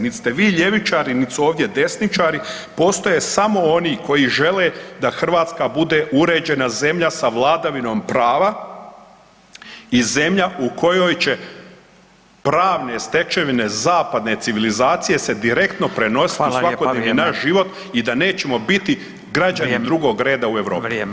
Nit ste vi ljevičari, nit su ovdje desničari postoje samo oni koji žele da Hrvatska bude uređena zemlja sa vladavinom prava i zemlja u kojoj će pravne stečevine zapadne civilizacije se direktno prenositi u svakodnevni naš život [[Upadica: Hvala lijepa.]] i da nećemo biti građani drugog [[Upadica: Vrijeme, vrijeme.]] reda u Europi.